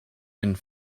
and